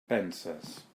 penses